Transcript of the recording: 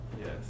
Yes